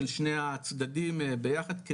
של שני הצדדים ביחד,